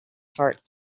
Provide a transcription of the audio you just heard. heart